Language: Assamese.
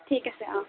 ঠিক আছে অঁ অঁ